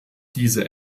diese